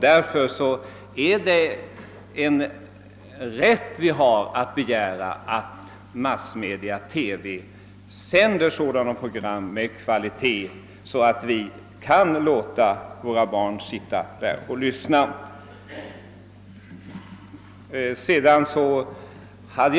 Därför är det en rättighet vi har att begära, att sådana massmedia som TV sänder program med så pass god kvalitet, att vi kan låta våra barn sitta samt se och lyssna på dem utan att ta skada.